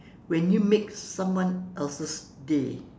when you make someone else's day